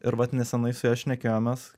ir vat nesenai su ja šnekėjomės